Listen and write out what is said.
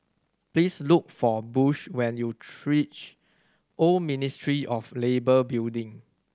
please look for Bush when you reach Old Ministry of Labour Building